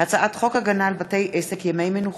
הצעת חוק הגנה על בתי-עסק (ימי המנוחה),